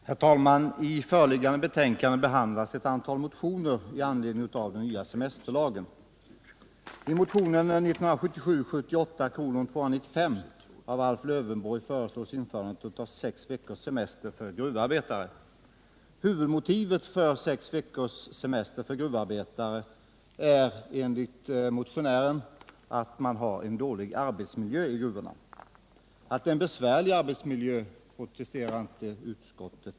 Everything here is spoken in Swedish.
Herr talman! I föreliggande betänkande behandlas ett antal motioner med anledning av den nya semesterlagen. I motionen 1977/78:295 av Alf Lövenborg föreslås införandet av sex veckors semester för gruvarbetare. Huvudmotivet för sex veckors semester för gruvarbetare är enligt motionären att man har en dålig arbetsmiljö i gruvorna. Att det är en besvärlig arbetsmiljö förnekar inte utskottet.